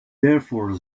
therefore